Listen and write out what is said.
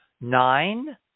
nine